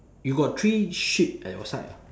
you got three sheep at your side ah